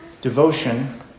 devotion